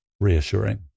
reassuring